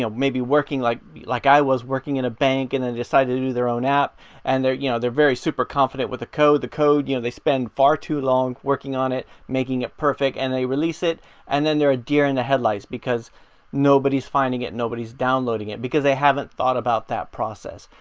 you know maybe working like like i was working in a bank and then decided to do their own app and they're you know they're very super confident with a code. the code, you know they spend far too long working on it making it perfect and they release it and then there are deer in the headlights because nobody's finding it nobody's downloading it, because they haven't thought about that process.